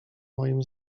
moim